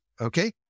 okay